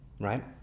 right